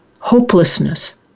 hopelessness